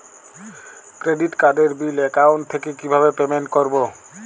Credit কার্ডের bill account থেকে কিভাবে পেমেন্ট করবো?